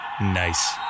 Nice